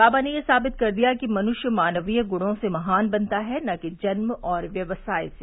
बाबा ने यह साबित कर दिया कि मनुष्य मानवीय गुणों से महान बनता है न कि जन्म और व्यवसाय से